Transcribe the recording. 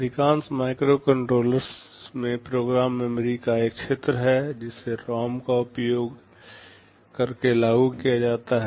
अधिकांश माइक्रोकंट्रोलर्स में program memory का एक क्षेत्र है जिसे रौम का उपयोग करके लागू किया जाता है